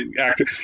actor